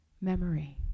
memory